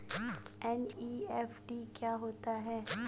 NEFT क्या होता है?